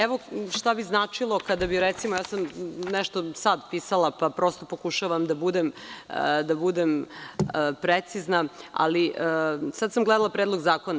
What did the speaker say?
Evo, šta bi značilo kada bi recimo, ja sam nešto sad pisala, pa prosto pokušavam da budem precizna, ali sad sam gledala Predlog zakona.